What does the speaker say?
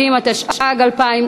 לפנים משורת הדין,